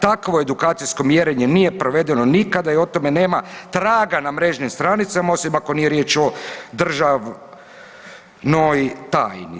Takvo edukacijsko mjerenje nije provedeno nikada i o tome nema traga na mrežnim stranicama osim ako nije riječ o državnoj tajni.